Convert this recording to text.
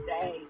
Day